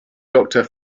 doctor